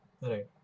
Right